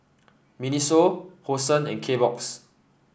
Miniso Hosen and Kbox